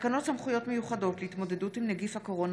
תקנות סמכויות מיוחדות להתמודדות עם נגיף הקורונה